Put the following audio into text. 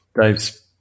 Dave's